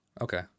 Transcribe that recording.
Okay